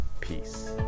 peace